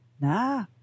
Nah